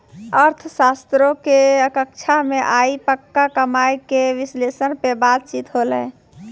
अर्थशास्त्रो के कक्षा मे आइ पक्का कमाय के विश्लेषण पे बातचीत होलै